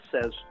says